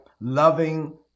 loving